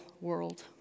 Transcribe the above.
world